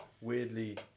weirdly